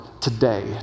today